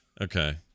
okay